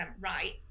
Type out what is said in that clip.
right